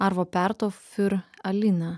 arvo perto fiur alina